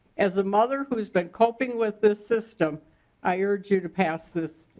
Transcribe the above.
as a mother who is but coping with the system i urge you to pass this.